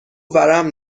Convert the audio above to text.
ورم